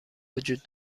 وجود